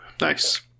Nice